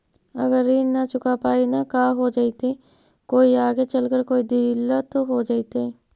अगर ऋण न चुका पाई न का हो जयती, कोई आगे चलकर कोई दिलत हो जयती?